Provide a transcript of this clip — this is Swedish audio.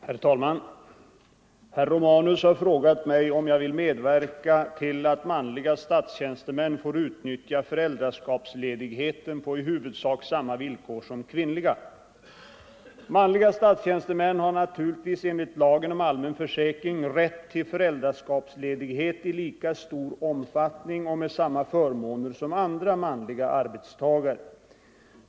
Herr talman! Herr Romanus har frågat mig om jag vill medverka till att manliga statstjänstemän får utnyttja föräldraskapsledigheten på i huvudsak samma villkor som kvinnliga. Manliga statstjänstemän har naturligtvis enligt lagen om allmän försäkring rätt till föräldraskapsledighet i lika stor omfattning och med samma förmåner som andra manliga arbetstagare.